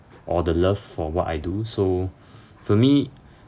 or the love for what I do so for me